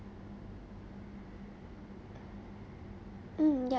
mm yup